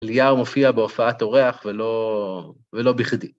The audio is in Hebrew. אליהו מופיע בהופעת אורח ולא בכדי.